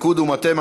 פיקוד ומטה,